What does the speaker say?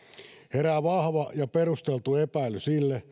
herää vahva ja perusteltu epäily